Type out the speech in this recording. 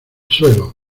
suelo